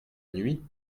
nuit